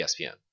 ESPN